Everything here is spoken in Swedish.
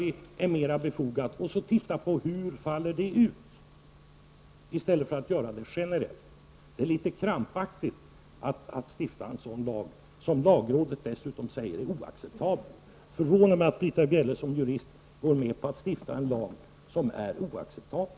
Vi vill se hur ett knivförbud på sådana platser faller ut i stället för att införa ett generellt förbud. Det är litet krampaktigt att vilja stifta en lag som den föreslagna, en lag som dessutom lagrådet säger är oacceptabel. Det förvånar mig att Britta Bjelle som jurist vill stifta en lag som är oacceptabel.